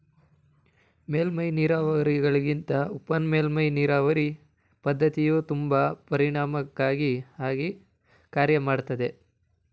ಮೇಲ್ಮೈ ನೀರಾವರಿಗಳಿಗಿಂತ ಉಪಮೇಲ್ಮೈ ನೀರಾವರಿ ಪದ್ಧತಿಯು ತುಂಬಾ ಪರಿಣಾಮಕಾರಿ ಆಗಿ ಕಾರ್ಯ ಮಾಡ್ತದೆ